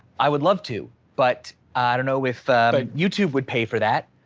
i would love to, but i don't know if youtube would pay for that.